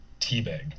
Teabag